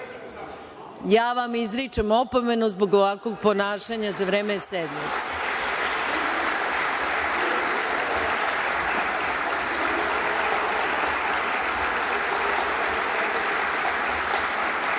vam izričem opomenu zbog ovakvog ponašanja za vreme